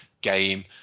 game